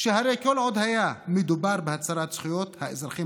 שהרי כל עוד היה מדובר בהצרת זכויות האזרחים